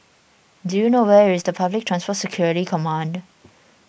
do you know where is the Public Transport Security Command